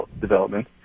development